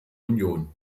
union